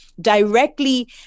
directly